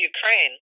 Ukraine